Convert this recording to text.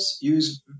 use